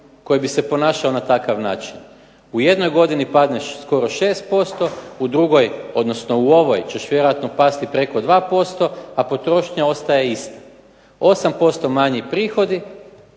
koji bi se ponašao na takav način. U jednoj godini padneš skoro 6%, u drugoj odnosno u ovoj ćeš vjerojatno pasti preko 2%, a potrošnja ostaje ista. 8% manji prihodi